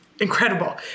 incredible